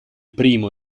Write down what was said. primo